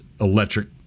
electric